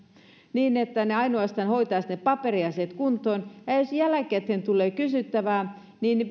niin että ne ainoastaan hoitaisivat paperiasiat kuntoon ja jos jälkikäteen tulee kysyttävää niin